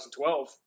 2012